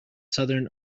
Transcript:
southern